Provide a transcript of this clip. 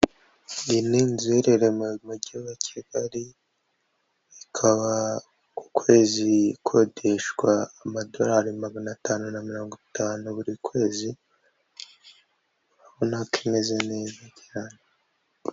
Iyi ni inzu iherereye mu mujyi wa Kigali, ikaba ku kwezi ikodeshwa amadorari magana atanu na mirongo itanu buri kwezi, urabona ko imeze neza cyane.